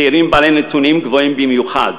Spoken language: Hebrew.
צעירים בעלי נתונים גבוהים במיוחד,